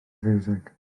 fiwsig